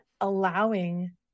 allowing